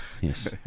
Yes